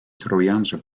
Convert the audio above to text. trojaanse